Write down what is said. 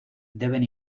deben